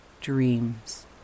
dreams